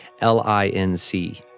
L-I-N-C